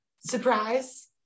surprise